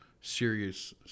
serious